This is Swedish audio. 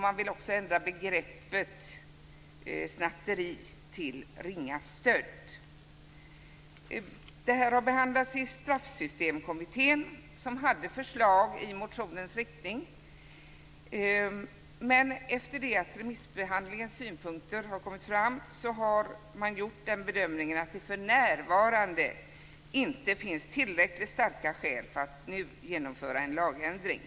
Man vill också ändra begreppet snatteri till ringa stöld. Det här har behandlats i Straffsystemkommittén som hade förslag i motionens riktning. Men efter det att remissbehandlingens synpunkter har kommit fram har man gjort den bedömningen att det för närvarande inte finns tillräckligt starka skäl för att nu genomföra en lagändring.